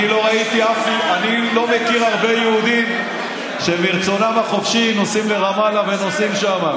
אני לא מכיר הרבה יהודים שמרצונם החופשי נוסעים לרמאללה ונוסעים שם.